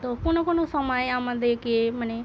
তো কোনো কোনো সময় আমাদেকে মানে